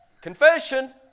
confession